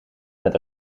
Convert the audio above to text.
met